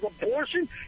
abortion